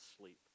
sleep